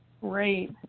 Great